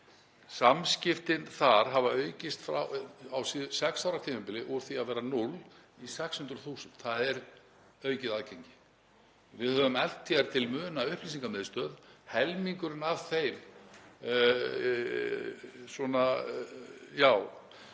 Samskiptin þar hafa aukist á sex ára tímabili úr því að vera 0 í 600.000. Það er aukið aðgengi. Við höfum eflt til muna upplýsingamiðstöð, helmingurinn af þeim